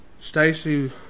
Stacy